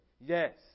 Yes